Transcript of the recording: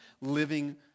living